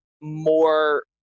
more